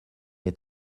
est